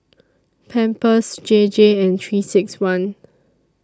Pampers J J and three six one